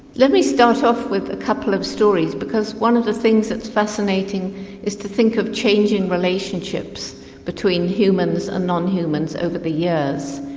let me start off with a couple of stories because one of the things that is fascinating is to think of the changing relationships between humans and non-humans over the years.